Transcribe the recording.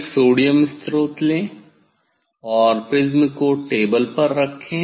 एक सोडियम स्रोत ले और प्रिज्म को टेबल पर रखें